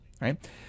right